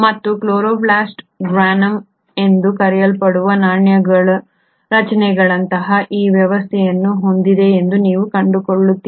ಮತ್ತು ಈ chloroplast granum ಎಂದು ಕರೆಯಲ್ಪಡುವ ನಾಣ್ಯಗಳ ರಚನೆಗಳಂತಹ ಈ ವ್ಯವಸ್ಥೆಯನ್ನು ಹೊಂದಿದೆ ಎಂದು ನೀವು ಕಂಡುಕೊಳ್ಳುತ್ತೀರಿ